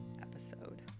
episode